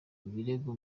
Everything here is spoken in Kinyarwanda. birego